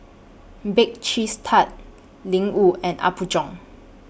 Bake Cheese Tart Ling Wu and Apgujeong